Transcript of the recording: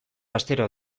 astero